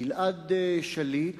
גלעד שליט